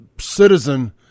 citizen